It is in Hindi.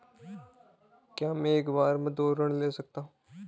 क्या मैं एक बार में दो ऋण ले सकता हूँ?